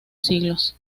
siglos